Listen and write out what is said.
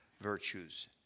virtues